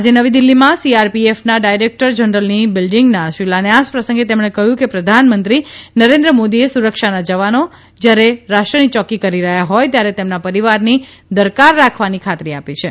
આજે નવી દીલ્ફીમાં સીઆરપીએફના ડાયરેકટર જનરલની બિલ્ડીંગના શિલાન્યાસ પ્રસંગે તેમણે કહ્યું કે પ્રધાનમંત્રી નરેન્દ્ર મોદીએ સુરક્ષાના જવાનો જયારે રાષ્ટ્રની ચોકી કરી રહ્યા હોય ત્યારે તેમના પરિવારની દરકાર રાખવાની ખાતરી આપી છે